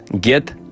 Get